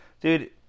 dude